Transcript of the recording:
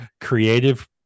creative